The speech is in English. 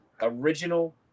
original